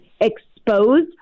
exposed